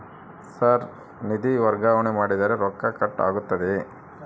Sir ನಿಧಿ ವರ್ಗಾವಣೆ ಮಾಡಿದರೆ ರೊಕ್ಕ ಕಟ್ ಆಗುತ್ತದೆಯೆ?